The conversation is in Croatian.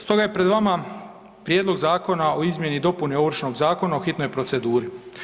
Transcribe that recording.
Stoga je pred vama Prijedlog Zakona o izmjeni i dopuni Ovršnog zakona u hitnoj proceduri.